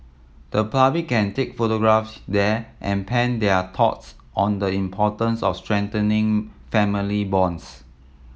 the public can take photographs there and pen their thoughts on the importance of strengthening family bonds